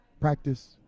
practice